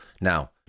Now